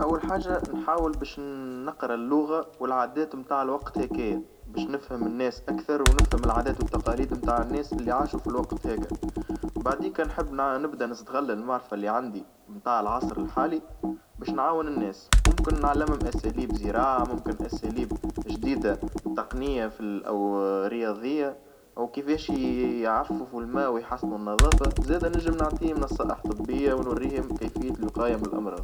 أول حاجة نحاول باش نقرا اللغة والعادات متاع الوقت هكايا، باش نفهم الناس أكثر ونفهم العادات والتقاليد متاع الناس اللي عاشوا في الوقت هيكا، بعديكا نحب نبدأ نستغل المعرفة اللي عندي متاع العصر الحالي باش نعاون الناس وممكن نعلمهم أساليب زراعة ممكن أساليب جديدة بتقنية فال- أو رياضية أو كيفيش يعففوا الماء ويحسنوا النظافة زائد نجم نعطيهم نصائح طبية ونوريهم كيفية الوقاية من الأمراض.